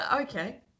Okay